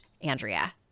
Andrea